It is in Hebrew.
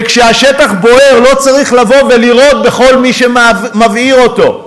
וכשהשטח בוער לא צריך לבוא ולירות בכל מי שמבעיר אותו,